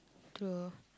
true